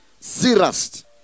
Zirast